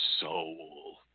soul